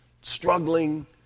struggling